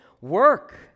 work